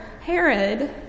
Herod